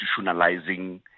institutionalizing